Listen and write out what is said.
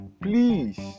please